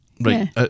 Right